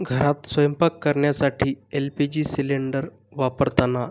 घरात स्वयंपाक करण्यासाठी एल पी जी सिलेंडर वापरताना